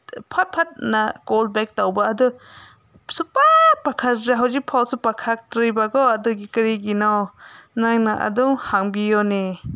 ꯐꯠ ꯐꯠꯅ call back ꯇꯧꯕ ꯑꯗꯨ ꯁꯨꯡꯄꯥꯏ ꯄꯥꯏꯈꯠꯇ꯭ꯔꯦ ꯍꯧꯖꯤꯛꯐꯥꯎꯁꯨ ꯄꯥꯏꯈꯠꯇ꯭ꯔꯤꯕꯀꯣ ꯑꯗꯨꯒꯤ ꯀꯔꯤꯒꯤꯅꯣ ꯅꯣꯏꯅ ꯑꯗꯨꯝ ꯍꯪꯕꯤꯌꯣꯅꯦ